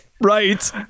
right